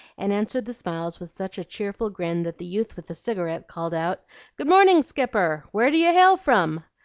and answered the smiles with such a cheerful grin that the youth with the cigarette called out good-morning, skipper! where do you hail from?